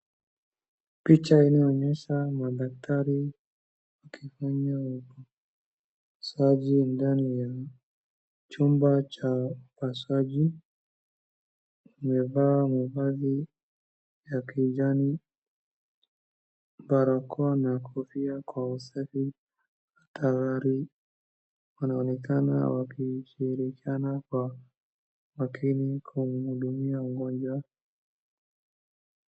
Picha inaonyesha madaktari wakifanya upasuaji ndani ya chumba cha upasuaji , wamevaa mavazi ya kijani , barakoa na kofia kwa ustadi. Tayari wanaonekana wakishirikiana kwa kiini kumhudumia mgonjwa .